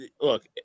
look